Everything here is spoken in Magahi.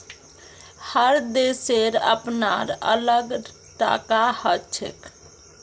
हर देशेर अपनार अलग टाका हछेक